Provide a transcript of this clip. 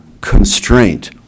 constraint